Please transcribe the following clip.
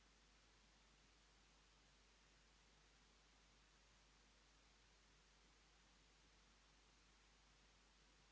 Hvala na